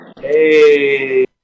hey